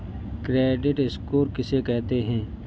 Credit score किसे कहते हैं?